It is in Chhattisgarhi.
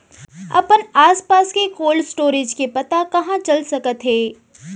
अपन आसपास के कोल्ड स्टोरेज के पता कहाँ चल सकत हे?